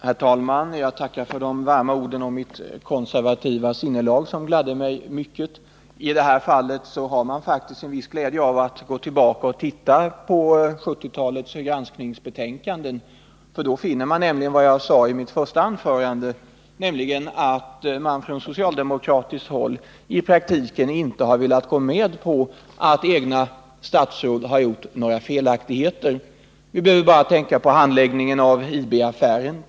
Herr talman! Jag tackar för de varma orden om mitt konservativa sinnelag, vilka gladde mig mycket. I detta fall har man faktiskt en viss glädje av att gå tillbaka och titta på 1970-talets granskningsbetänkanden. Då finner man nämligen vad jag sade i mitt första anförande — att man från socialdemokratiskt håll i praktiken inte har velat gå med på att egna statsråd har gjort några felaktigheter. Vi behöver bara tänka på handläggningen av IB-affären.